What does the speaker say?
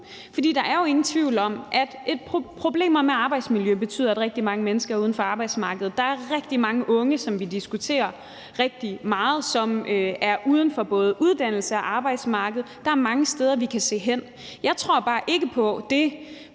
der er jo ingen tvivl om, at problemer med arbejdsmiljø betyder, at rigtig mange mennesker er uden for arbejdsmarkedet. Der er rigtig mange unge, som vi diskuterer rigtig meget, som er uden for både uddannelse og arbejdsmarked. Der er mange steder, vi kan se hen. Jeg tror bare ikke på, at